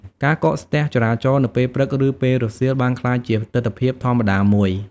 ការកកស្ទះចរាចរណ៍នៅពេលព្រឹកឬពេលរសៀលបានក្លាយជាទិដ្ឋភាពធម្មតាមួយ។